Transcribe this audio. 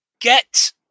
get